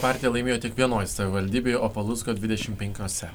partija laimėjo tik vienoj savivaldybėj o palucko dvidešimt penkiose